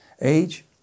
age